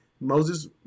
Moses